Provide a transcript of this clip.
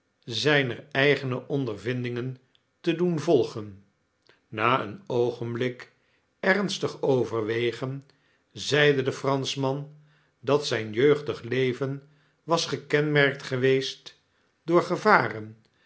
zijner eigene ondervindingen te doen volgen na een oogenblik ernstig overwegen zeide de franschman dat zyn jeugdig leven was gekenmerkt geweest door gevaren